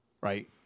right